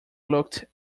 looked